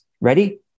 Ready